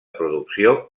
producció